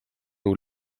will